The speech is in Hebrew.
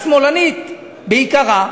השמאלנית בעיקרה,